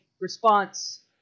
response